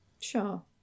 Sure